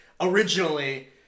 originally